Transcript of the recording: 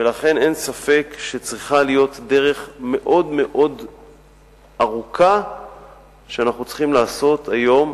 ולכן אין ספק שצריכה להיות דרך מאוד ארוכה שאנחנו צריכים לעשות היום,